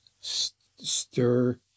stir